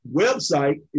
website